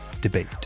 debate